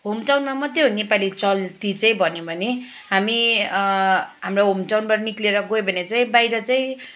home टाउनमा मात्रै हो नेपाली चल्ती चाहिँ भनौँ भने हामी हाम्रो होम टाउनबाट निक्लिएर गयो भने चाहिँ बाहिर चाहिँ